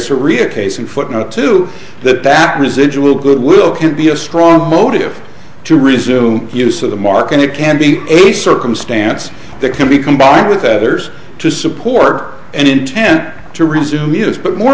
surreal case and footnote to that that residual goodwill can be a strong motive to resume use of the mark and it can be a circumstance that can be combined with others to support and intent to resume use but more